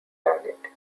target